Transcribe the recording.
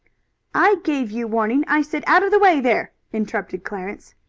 i gave you warning. i said out of the way, there interrupted clarence.